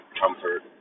comfort